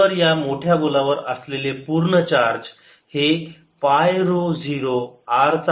तर या मोठ्या गोलावर असलेले पूर्ण चार्ज हे पाय ऱ्हो 0 r चा घात 4 आहे